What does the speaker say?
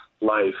life